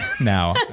now